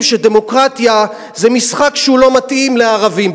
שדמוקרטיה זה משחק שלא מתאים לערבים.